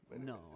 No